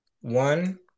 One